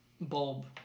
Bulb